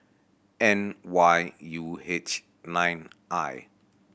N Y U H nine I